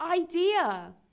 idea